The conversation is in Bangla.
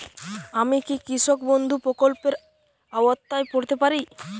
আমি কি কৃষক বন্ধু প্রকল্পের আওতায় পড়তে পারি?